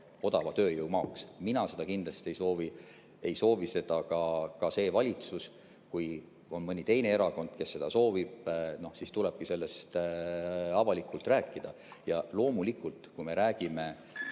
tööjõu maaks. Mina seda kindlasti ei soovi, ei soovi seda ka see valitsus. Kui on mõni teine erakond, kes seda soovib, siis tulebki sellest avalikult rääkida. Loomulikult, kui me räägime